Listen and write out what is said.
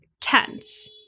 tense